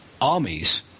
armies